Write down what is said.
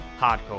hardcore